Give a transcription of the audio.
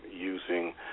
using –